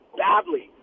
badly